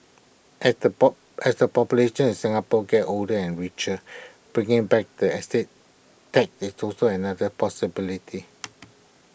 as the as the population in Singapore gets older and richer bringing back the estate tax is also another possibility